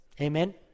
Amen